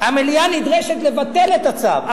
המליאה נדרשת לבטל את הצו.